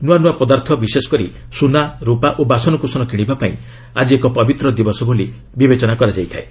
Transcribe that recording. ନୂଆ ନୂଆ ପଦାର୍ଥ ବିଶେଷ କରି ସୁନା ସୁପା ଓ ବାସନକୁସନ କିଶିବାପାଇଁ ଆକି ଏକ ପବିତ୍ର ଦିନ ବୋଲି ବିବେଚନା କରାଯାଏ